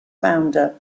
founder